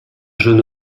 jeune